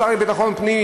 השר לביטחון פנים,